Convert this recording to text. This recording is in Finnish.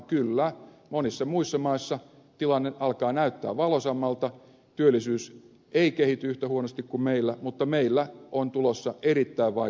kyllä monissa muissa maissa tilanne alkaa näyttää valoisammalta työllisyys ei kehity yhtä huonosti kuin meillä mutta meillä on tulossa erittäin vaikea ensi talvi